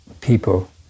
people